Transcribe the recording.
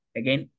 again